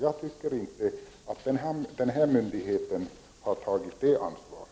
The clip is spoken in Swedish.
Jag tycker inte att det här organet har tagit det ansvaret.